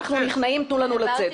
'אנחנו נכנעים תנו לנו לצאת'.